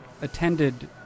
attended